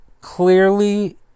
clearly